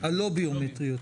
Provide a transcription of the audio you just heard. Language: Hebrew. הלא ביומטריות.